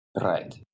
Right